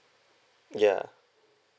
ya